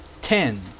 ten